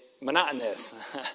monotonous